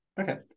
Okay